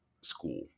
school